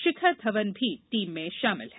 शिखर धवन भी टीम में शामिल है